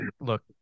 look